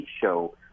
show